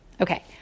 Okay